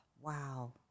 wow